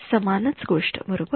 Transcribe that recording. समान च गोष्ट बरोबर